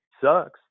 Sucks